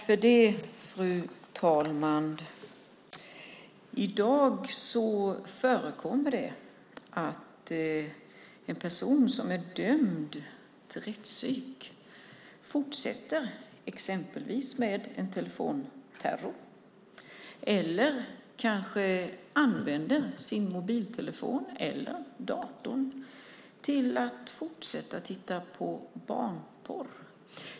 Fru talman! I dag förekommer det att en person som är dömd till rättspsykiatrisk vård exempelvis fortsätter med en telefonterror eller använder sin mobiltelefon eller dator till att fortsätta titta på barnporr.